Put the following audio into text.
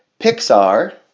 Pixar